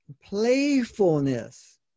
playfulness